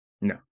No